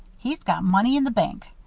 he's got money in the bank.